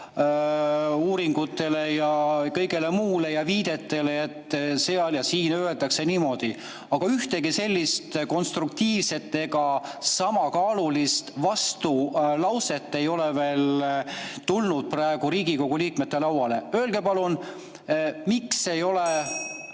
uuringutele ja kõigele muule ja viidetele, et seal ja siin öeldakse niimoodi. Aga ühtegi konstruktiivset ega samakaalulist vastulauset ei ole praegu Riigikogu liikmete lauale veel tulnud. Öelge palun, miks ei ole